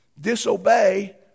disobey